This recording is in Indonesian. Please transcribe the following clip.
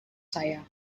saya